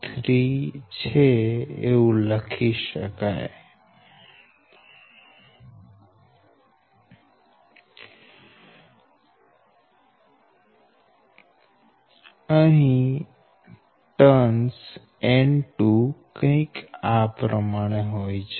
N1N2N1N23 અહી turns N2 કંઈક આ પ્રમાણે હોય છે